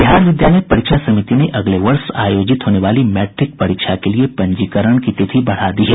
बिहार विद्यालय परीक्षा समिति ने अगले वर्ष आयोजित होने वाली मैट्रिक परीक्षा के लिए पंजीकरण की तिथि बढ़ा दी है